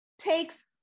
takes